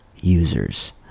users